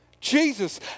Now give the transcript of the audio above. Jesus